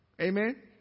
Amen